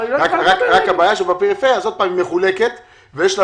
אבל הבעיה היא שבפריפריה היא מחולקת ויש לה